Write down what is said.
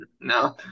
no